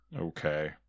Okay